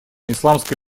исламской